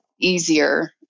easier